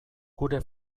gure